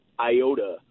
iota